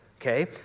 okay